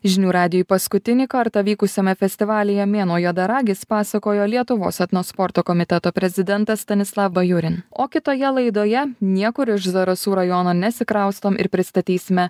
žinių radijui paskutinį kartą vykusiame festivalyje mėnuo juodaragis pasakojo lietuvos etno sporto komiteto prezidentas stanislav bajurin o kitoje laidoje niekur iš zarasų rajono nesikraustom ir pristatysime